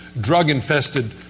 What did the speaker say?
drug-infested